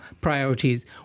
priorities